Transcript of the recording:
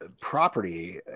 property